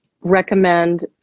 recommend